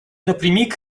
напрямик